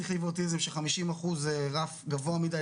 שכלי ואוטיזם ש-50% זה רף גבוה מדיי,